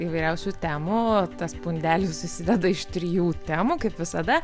įvairiausių temų o tas pundelis susideda iš trijų temų kaip visada